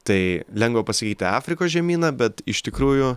tai lengva pasakyti afrikos žemyną bet iš tikrųjų